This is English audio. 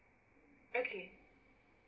okay